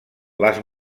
les